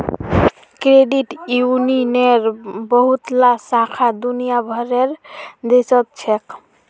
credit यूनियनेर बहुतला शाखा दुनिया भरेर देशत छेक